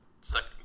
Second